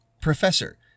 professor